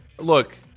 look